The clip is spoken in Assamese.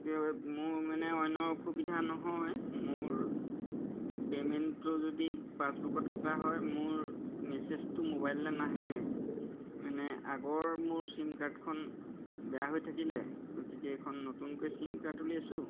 গতিকে মোৰ মানে অন্য অসুবিধা নহয় মোৰ পে'মেণ্টটো যদি পাছবুকত কটা হয় মোৰ মেছেজটো মোবাইললৈ নাহে মানে আগৰ মোৰ ছিম কাৰ্ডখন বেয়া হৈ থাকিলে গতিকে এইখন নতুনকৈ ছিম কাৰ্ড উলিয়াইছোঁ